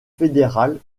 fédérale